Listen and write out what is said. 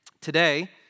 Today